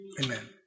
Amen